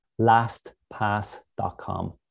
Lastpass.com